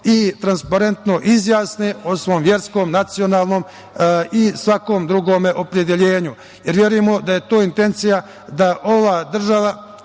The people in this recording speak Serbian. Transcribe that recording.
i transparentno izjasne o svom verskom, nacionalnom i svakom drugom opredeljenju, jer verujemo da je to intencija ove države